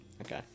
Okay